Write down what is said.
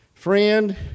Friend